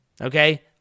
Okay